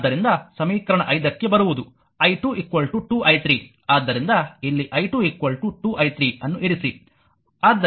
ಆದ್ದರಿಂದ ಸಮೀಕರಣ 5 ಕ್ಕೆ ಬರುವುದು i2 2i3 ಆದ್ದರಿಂದ ಇಲ್ಲಿ i2 2i3 ಅನ್ನು ಇರಿಸಿ